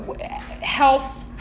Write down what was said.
health